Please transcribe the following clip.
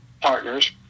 partners